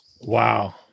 Wow